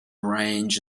range